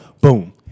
Boom